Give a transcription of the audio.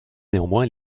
néanmoins